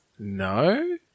No